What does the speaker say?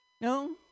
no